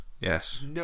yes